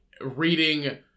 reading